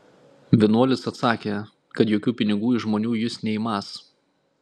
vienuolis atsakė kad jokių pinigų iš žmonių jis neimąs